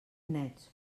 nets